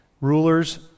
rulers